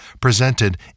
presented